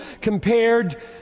compared